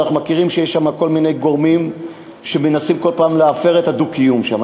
אנחנו מכירים שיש שם כל מיני גורמים שמנסים כל פעם להפר את הדו-קיום שם.